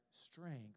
strength